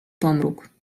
pomruk